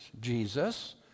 Jesus